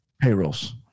payrolls